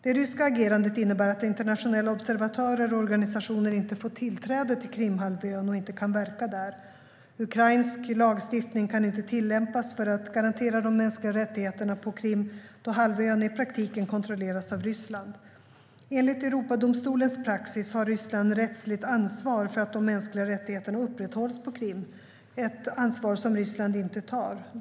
Det ryska agerandet innebär att internationella observatörer och organisationer inte får tillträde till Krimhalvön och inte kan verka där. Ukrainsk lagstiftning kan inte tillämpas för att garantera de mänskliga rättigheterna på Krim, då halvön i praktiken kontrolleras av Ryssland. Enligt Europadomstolens praxis har Ryssland rättsligt ansvar för att de mänskliga rättigheterna upprätthålls på Krim - ett ansvar som Ryssland inte tar.